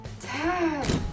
Dad